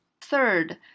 Third